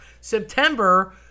September